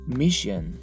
mission